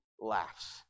laughs